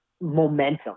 momentum